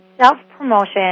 self-promotion